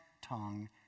tongue